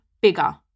bigger